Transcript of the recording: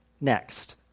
next